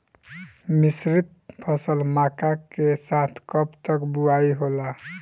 मिश्रित फसल मक्का के साथ कब तक बुआई होला?